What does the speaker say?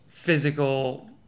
physical